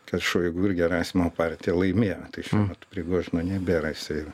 kad šoigu ir gerasimo partija laimėjo tai šiuo metu prigožino nebėra seime